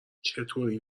چطوری